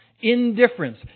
Indifference